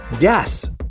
Yes